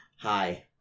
Hi